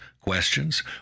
questions